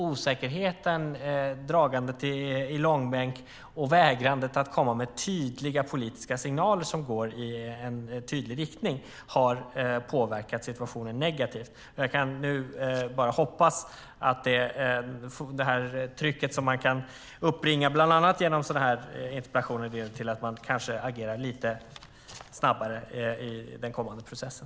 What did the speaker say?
Osäkerheten, dragandet i långbänk och vägrandet att komma med politiska signaler som går i en tydlig riktning har påverkat situationen negativt. Jag kan nu bara hoppas att det tryck som man kan uppbringa bland annat genom sådana här interpellationsdebatter leder till att man kanske agerar lite snabbare i den kommande processen.